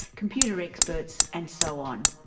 computer experts and so on.